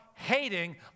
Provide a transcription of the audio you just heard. Hating